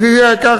ידידי היקר,